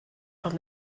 from